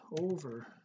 over